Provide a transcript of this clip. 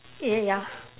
ya ya